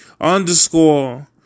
underscore